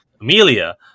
Amelia